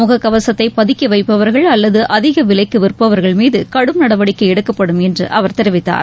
முக கவசத்தை பதுக்கி வைப்பவர்கள் அல்லது அதிக விலைக்கு விற்பவர்கள் மீது கடும் நடவடிக்கை எடுக்கப்படும் என்று அவர் தெரிவித்தார்